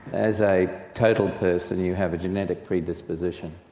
as a total person you have a genetic predisposition,